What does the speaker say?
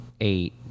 eight